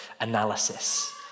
analysis